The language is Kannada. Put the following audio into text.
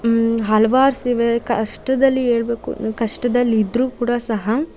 ಹಲವಾರು ಸೀವೆ ಕಷ್ಟದಲ್ಲಿ ಹೇಳ್ಬೇಕು ಕಷ್ಟದಲ್ಲಿ ಇದ್ದರೂ ಕೂಡ ಸಹ